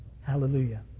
Hallelujah